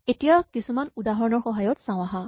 এতিয়া কিছুমান উদাহৰণৰ সহায়ত চাওঁ আহাঁ